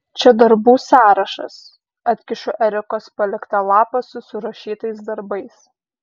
čia darbų sąrašas atkišu erikos paliktą lapą su surašytais darbais